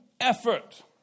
effort